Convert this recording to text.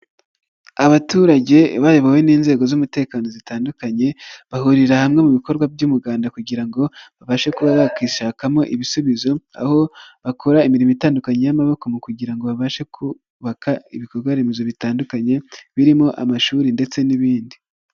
Abaturage bayobowe n'inzego z'umutekano zitandukanye bahurira hamwe mu bikorwa by'umuganda kugira ngo babashe kuba bakishakamo ibisubizo aho bakora imirimo itandukanye y'amaboko mu kugira ngo babashe kubaka ibikorwa remezo bitandukanye birimo amashuri ndetse n'ibindi.